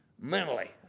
mentally